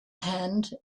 hand